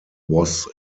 was